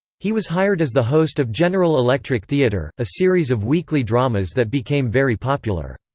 he was hired as the host of general electric theater, a series of weekly dramas that became very popular.